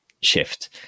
shift